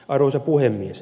arvoisa puhemies